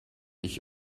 ich